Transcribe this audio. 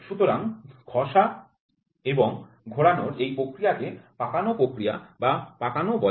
সুতরাং ঘষা এবং ঘোরানোর এই প্রক্রিয়াটিকে কচলানোর প্রক্রিয়া বা কচলানো বলে